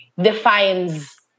defines